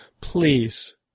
Please